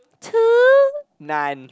to non